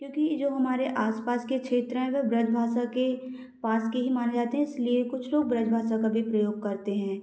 क्योंकि जो हमारे आसपास के क्षेत्र हैं वे ब्रजभाषा के पास के ही माने जाते हैं इसलिए कुछ लोग ब्रजभाषा का भी प्रयोग करते हैं